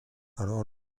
alors